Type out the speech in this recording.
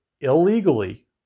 illegally